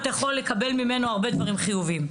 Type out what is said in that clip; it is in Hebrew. אתה יכול לקבל ממנו הרבה דברים חיוביים.